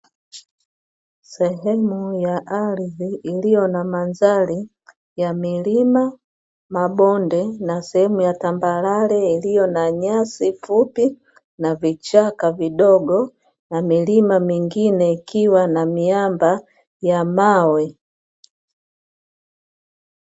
Sehemu ya ardhi iliyo na mandhari ya milima, mabonde; na sehemu ya tambarare iliyo na nyasi fupi na vichaka vidogo; na milima mingine ikiwa na miamba ya mawe.